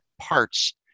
parts